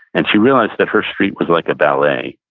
and she realized that her street was like a ballet.